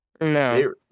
no